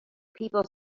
people